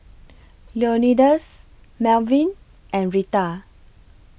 Leonidas Malvin and Retta